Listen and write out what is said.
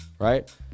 Right